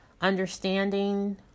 understanding